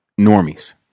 normies